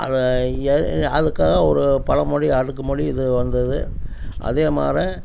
அதை அதுக்காக ஒரு பழமொழி அடுக்கு மொழி இது வந்தது அதே மாரி